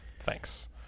Thanks